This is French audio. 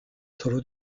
solo